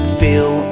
feel